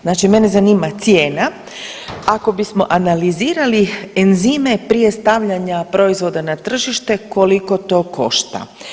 Znači mene zanima cijena ako bismo analizirali enzime prije stavljanja proizvoda na tržište, koliko to košta?